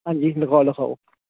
हां जी लखाओ लखाओ